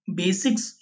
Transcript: basics